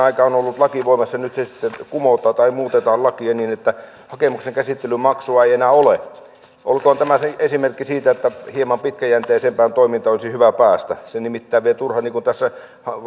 aikaa on ollut laki voimassa nyt se sitten kumotaan tai muutetaan lakia niin että hakemuksen käsittelymaksua ei enää ole olkoon tämä esimerkki siitä että hieman pitkäjänteisempään toimintaan olisi hyvä päästä se nimittäin vie turhan niin kuin tässä